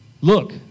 Look